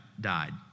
died